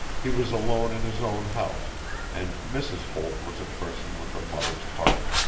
he was alone in his own house and mrs. holt was a person with a mother's heart.